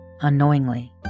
unknowingly